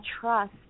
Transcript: trust